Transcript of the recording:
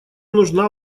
нужна